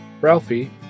Ralphie